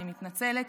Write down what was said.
אני מתנצלת,